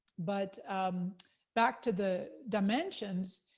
but back to the dimensions.